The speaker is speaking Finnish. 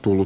oulu